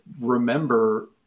remember